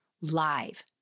live